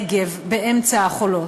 בנגב, באמצע החולות.